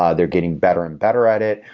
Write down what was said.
ah they're getting better and better at it,